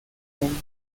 con